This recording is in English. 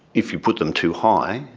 if you put them too high,